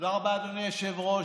תודה רבה, אדוני היושב-ראש.